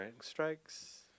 strikes